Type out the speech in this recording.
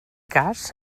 cas